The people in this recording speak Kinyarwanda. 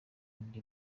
inda